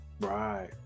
Right